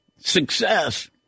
success